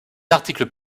articles